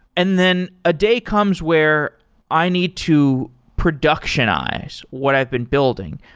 and then a day comes where i need to productionize what i've been building,